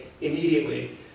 immediately